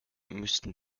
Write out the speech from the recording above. müssten